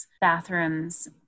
bathrooms